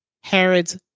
Herod's